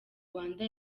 rwanda